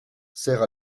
sert